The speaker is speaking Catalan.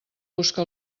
busca